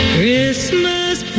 Christmas